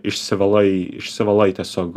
išsivalai išsivalai tiesiog